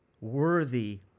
worthy